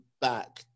back